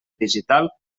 digital